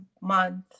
month